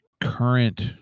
current